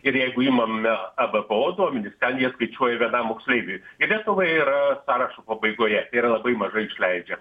ir jeigu imame abpo duomenis ten jie skaičiuoja vienam moksleiviui ir lietuva yra sąrašo pabaigoje tai yra labai mažai išleidžia